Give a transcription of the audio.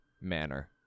manner